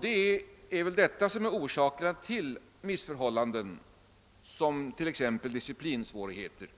Det är väl detta som är orsaken till missförhållanden som t.ex. disciplinsvårigheter,